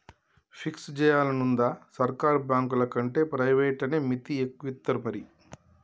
fix జేయాలనుందా, సర్కారు బాంకులకంటే ప్రైవేట్లనే మిత్తి ఎక్కువిత్తరు మరి